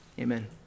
Amen